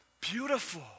beautiful